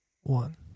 one